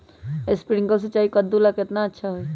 Sprinkler सिंचाई कददु ला केतना अच्छा होई?